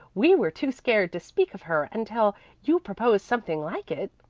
we were too scared to speak of her until you proposed something like it,